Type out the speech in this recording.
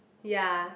ya